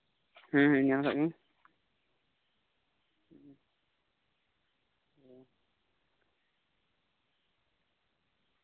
ᱦᱩᱸ ᱦᱩᱸ ᱧᱮᱞ ᱟᱠᱟᱫ ᱜᱤᱭᱟᱹᱧ